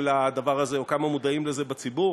לדבר הזה או כמה מודעים לזה בציבור.